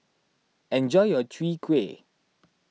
enjoy your Chwee Kueh